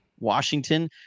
washington